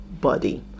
body